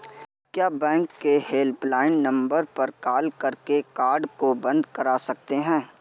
क्या बैंक के helpline number पर कॉल करके कार्ड को बंद करा सकते हैं?